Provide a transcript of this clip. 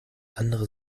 andere